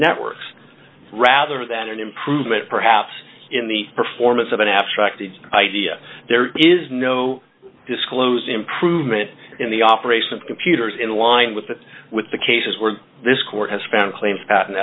networks rather than an improvement perhaps in the performance of an abstracted idea there is no disclosed improvement in the operation of computers in line with the with the cases where this court has found claims pat